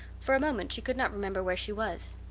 for a moment she could not remember where she was.